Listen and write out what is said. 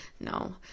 no